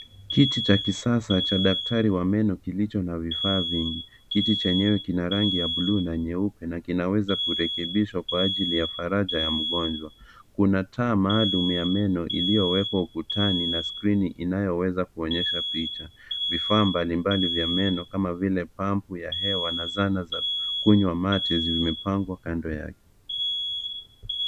Kiti cha kisasa cha daktari wa meno kilichona vifaa vingi. Kiti chenyewe kina rangi ya buluu na nyeupe na kinaweza kurekebishwa kwa ajili ya faraja ya mgonjwa. Kuna taa maalum ya meno iliyowekwa ukutani na skrini inayoweza kuonyesha picha. Vifaa mbalimbali vya meno kama vile pampu ya hewa na zana za kunywa mate zimepangwa kando yake.